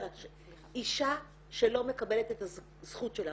אישה שלא מקבלת את הזכות שלה,